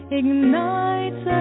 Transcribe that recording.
ignites